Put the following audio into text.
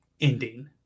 ending